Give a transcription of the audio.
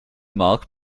mag